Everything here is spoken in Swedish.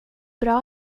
bra